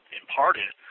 imparted